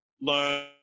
learn